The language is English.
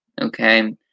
okay